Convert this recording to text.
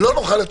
שלא נוכל לתקן.